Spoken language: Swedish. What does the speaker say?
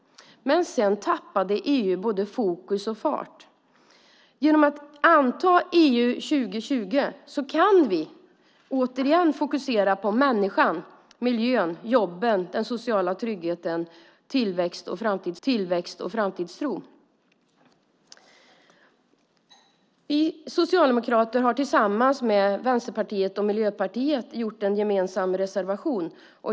Men EU tappade både fokus och fart. Genom att anta EU 2020 kan vi åter fokusera på människan, miljön, jobben, den sociala tryggheten, tillväxten och framtidstron. Vi socialdemokrater har tillsammans med Vänsterpartiet och Miljöpartiet lämnat en gemensam reservation.